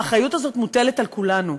האחריות הזאת מוטלת על כולנו.